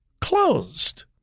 closed